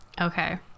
Okay